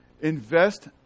invest